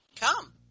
come